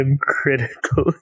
critically